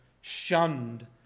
shunned